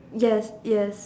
yes yes